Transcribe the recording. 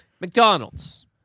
McDonald's